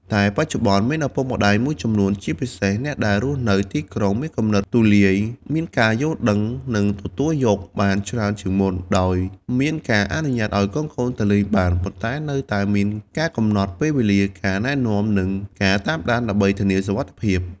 តែបច្ចុប្បន្នមានឪពុកម្តាយមួយចំនួន ជាពិសេសអ្នកដែលរស់នៅទីក្រុង ឬមានគំនិតទូលាយ មានការយល់ដឹង និងទទួលយកបានច្រើនជាងមុន ដោយមានការអនុញ្ញាតឱ្យកូនៗទៅលេងបាន ប៉ុន្តែនៅតែមាន ការកំណត់ ពេលវេលា ការណែនាំ និង ការតាមដាន ដើម្បីធានាសុវត្ថិភាព ។